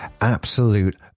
absolute